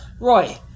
Roy